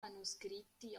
manoscritti